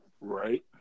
Right